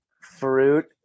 fruit